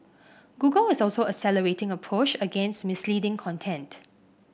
google is also accelerating a push against misleading content